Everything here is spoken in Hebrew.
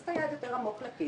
להכניס את היד עמוק יותר לכיס,